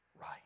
right